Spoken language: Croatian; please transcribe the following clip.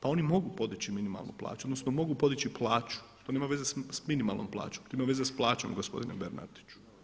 Pa oni mogu podići minimalnu plaću, odnosno mogu podići plaću, to nema veze sa minimalnom plaćom, to ima veze sa plaćom gospodine Bernardiću.